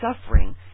suffering